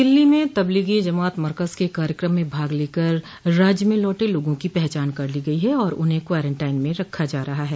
दिल्ली में तबलीगी जमात मरकज के कार्यक्रम में भाग लेकर राज्य में लौटे लोगों की पहचान कर ली गई है और उन्हें क्वारेनटाइन में रखा जा रहा है